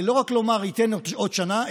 ולא רק לומר שניתן עוד שנה,